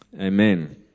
Amen